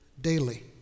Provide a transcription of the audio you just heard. daily